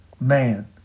Man